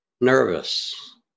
nervous